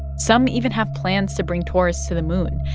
some even have plans to bring tourists to the moon.